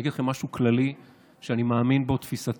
אני אגיד לכם משהו כללי שאני מאמין בו תפיסתית.